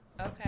Okay